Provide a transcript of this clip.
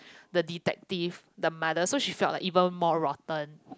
the detective the mother so she feel like even more rotten